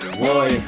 boy